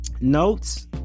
notes